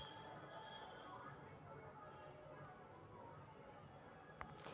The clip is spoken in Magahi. भारत में रेल यात्रा अब पूरा तरह से बीमाकृत हई